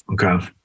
okay